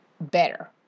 better